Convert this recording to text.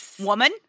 woman